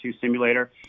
simulator